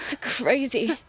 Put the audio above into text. crazy